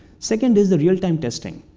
second is the real-time testing.